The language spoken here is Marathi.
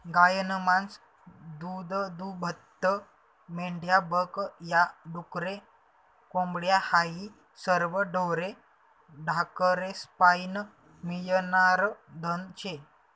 गायनं मास, दूधदूभतं, मेंढ्या बक या, डुकरे, कोंबड्या हायी सरवं ढोरे ढाकरेस्पाईन मियनारं धन शे